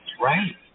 right